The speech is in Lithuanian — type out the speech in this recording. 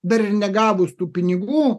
dar ir negavus tų pinigų